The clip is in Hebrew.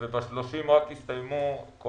וב-30 רק הסתיים כל